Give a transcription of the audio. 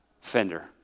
Fender